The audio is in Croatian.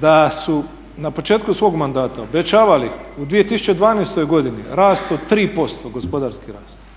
da su na početku svog mandata obećavali u 2012. godini rast od 3%, gospodarski rast,